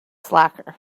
slacker